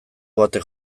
batek